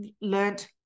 learned